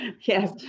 yes